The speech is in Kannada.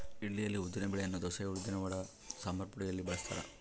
ಇಡ್ಲಿಯಲ್ಲಿ ಉದ್ದಿನ ಬೆಳೆಯನ್ನು ದೋಸೆ, ಉದ್ದಿನವಡ, ಸಂಬಾರಪುಡಿಯಲ್ಲಿ ಬಳಸ್ತಾರ